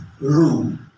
room